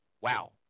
Wow